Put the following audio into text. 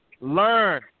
learn